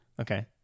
Okay